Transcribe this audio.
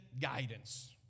guidance